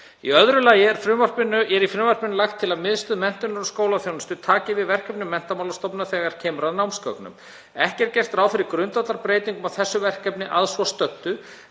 Í öðru lagi er í frumvarpinu lagt til að Miðstöð menntunar og skólaþjónustu taki við verkefnum Menntamálastofnunar þegar kemur að námsgögnum. Ekki er gert ráð fyrir grundvallarbreytingum á þessu verkefni að svo stöddu